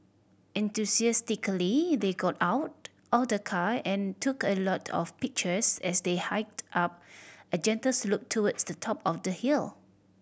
enthusiastically they got out of the car and took a lot of pictures as they hiked up a gentle slope towards the top of the hill